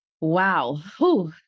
Wow